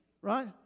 Right